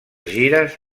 gires